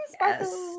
Yes